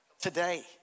today